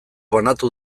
banatu